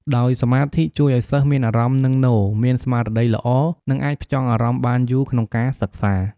ដោយសមាធិជួយឲ្យសិស្សមានអារម្មណ៍នឹងនរ មានស្មារតីល្អ និងអាចផ្ចង់អារម្មណ៍បានយូរក្នុងការសិក្សា។